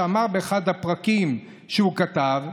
שאמר באחד הפרקים שהוא כתב: